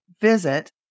Visit